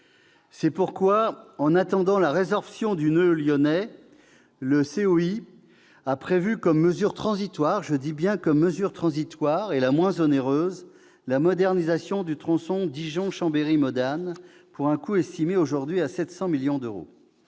C'est pourquoi, en attendant la résorption du noeud lyonnais, le COI a prévu comme mesure transitoire, je dis bien transitoire, et la moins onéreuse la modernisation du tronçon Dijon-Chambéry-Modane, pour un coût estimé aujourd'hui à 700 millions d'euros.